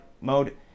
mode